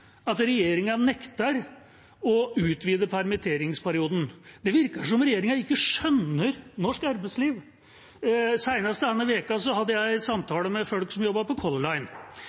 at regjeringa nekter å utvide permitteringsperioden. Det virker som om regjeringa ikke skjønner norsk arbeidsliv. Senest denne uka hadde jeg samtale med folk som jobber for Color Line,